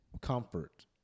comfort